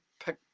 pick